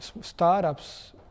startups